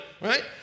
right